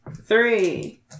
three